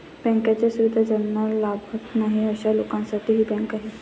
बँकांच्या सुविधा ज्यांना लाभत नाही अशा लोकांसाठी ही बँक आहे